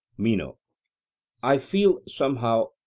meno i feel, somehow,